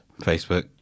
Facebook